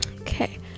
Okay